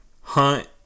hunt